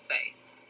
space